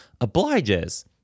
obliges